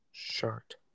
Shirt